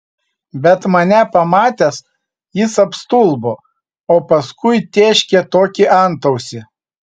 bet mane pamatęs jis apstulbo o paskui tėškė tokį antausį